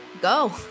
go